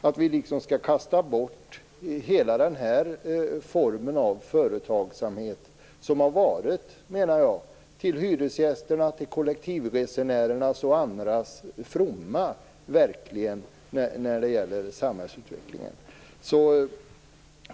Det finns ingen anledning att kasta bort hela den här formen av företagsamhet, som har varit, menar jag, till hyresgästernas, till kollektivresenärernas och till andras fromma när det gäller samhällsutvecklingen.